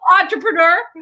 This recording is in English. entrepreneur